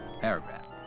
Paragraph